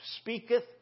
speaketh